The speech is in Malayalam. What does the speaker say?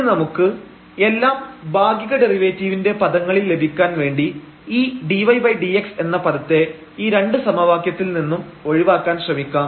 ഇനി നമുക്ക് എല്ലാം ഭാഗിക ഡെറിവേറ്റീവിന്റെ പദങ്ങളിൽ ലഭിക്കാൻ വേണ്ടി ഈ dydx എന്ന പദത്തെ ഈ രണ്ട് സമവാക്യത്തിൽ നിന്നും ഒഴിവാക്കാൻ ശ്രമിക്കാം